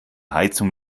heizung